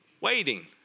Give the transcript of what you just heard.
waiting